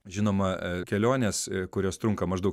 žinoma kelionės kurios trunka maždaug